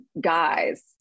guys